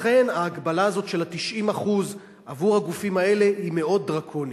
לכן ההגבלה הזאת של 90% עבור הגופים האלה היא מאוד דרקונית.